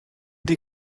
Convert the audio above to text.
die